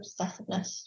obsessiveness